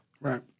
Right